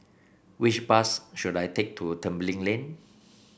which bus should I take to Tembeling Lane